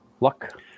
Luck